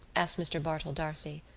asked mr. bartell d'arcy.